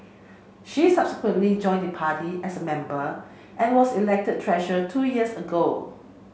she subsequently joined the party as a member and was elected treasurer two years ago